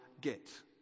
get